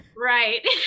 right